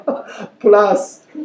Plus